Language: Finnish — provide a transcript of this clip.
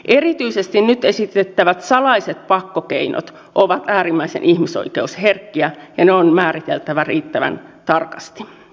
erityisesti nyt esitettävät salaiset pakkokeinot ovat äärimmäisen ihmisoikeusherkkiä ja ne on määriteltävä riittävän tarkasti